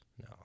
No